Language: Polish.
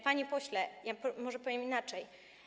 Panie pośle, może powiem inaczej.